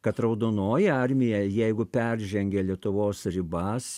kad raudonoji armija jeigu peržengė lietuvos ribas